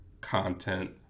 content